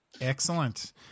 Excellent